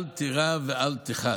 אל תירא ואל תֵּחָת",